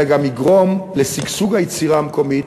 אלא גם יגרום לשגשוג היצירה המקומית